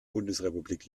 bundesrepublik